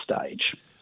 stage